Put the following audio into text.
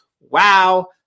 wow